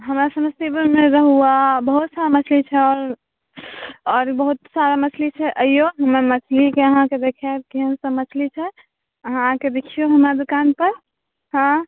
हमरा समस्तीपुरमे रेहुआ बहुत सारा मछली छल आओर बहुत सारा मछली छै अइऔ हम मछली अहाँके देखाएब केहनसब मछली छै अहाँ आकऽ देखिऔ हमरा दोकानपर हँ